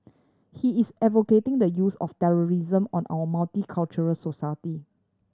he is advocating the use of terrorism on our multicultural society